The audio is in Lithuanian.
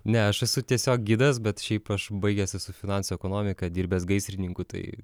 ne aš esu tiesiog gidas bet šiaip aš baigęs esu finansų ekonomiką dirbęs gaisrininku tai